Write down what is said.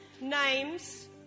names